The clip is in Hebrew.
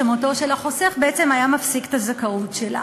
שמותו של החוסך היה מפסיק את הזכאות שלה.